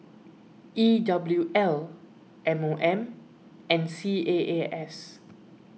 E W L M O M and C A A S